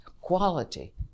quality